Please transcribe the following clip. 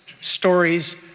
stories